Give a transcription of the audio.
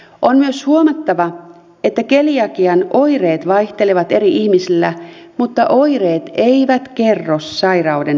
on myös huomattava että keliakian oireet vaihtelevat eri ihmisillä mutta oireet eivät kerro sairauden vakavuudesta